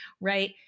right